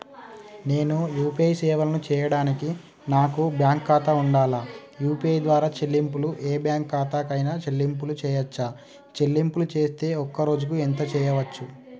నేను యూ.పీ.ఐ సేవలను చేయడానికి నాకు బ్యాంక్ ఖాతా ఉండాలా? యూ.పీ.ఐ ద్వారా చెల్లింపులు ఏ బ్యాంక్ ఖాతా కైనా చెల్లింపులు చేయవచ్చా? చెల్లింపులు చేస్తే ఒక్క రోజుకు ఎంత చేయవచ్చు?